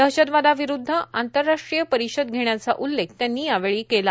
दहशतवादाविरूद्ध आंतरराष्ट्रीय परिषद घेण्याचा उल्लेख त्यांनी यावेळी केला